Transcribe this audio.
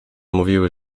mówiły